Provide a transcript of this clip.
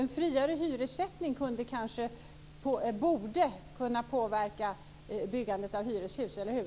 En friare hyressättning borde kunna påverka byggandet av hyreshus. Eller hur?